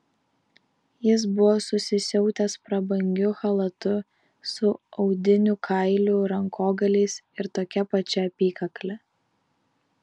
jis buvo susisiautęs prabangiu chalatu su audinių kailių rankogaliais ir tokia pačia apykakle